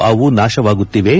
ಅವು ನಾಶವಾಗುತ್ತಿವೆ